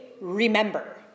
remember